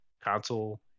console